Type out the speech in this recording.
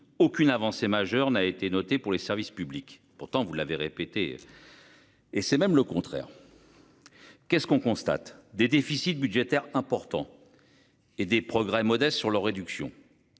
aucune avancée majeure n'a été noté pour les services publics. Pourtant, vous l'avez répété. Et c'est même le contraire. Qu'est ce qu'on constate des déficits budgétaires importants. Et des progrès modestes sur la réduction.